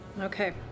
Okay